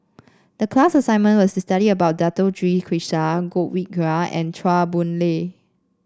the class assignment was to study about Dato Sri Krishna Godwin Koay and Chua Boon Lay